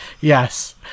Yes